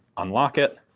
unlock it,